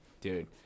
dude